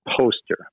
poster